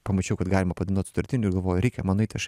pamačiau kad galima padainuot sutartinių ir galvoju reikia man nueit aš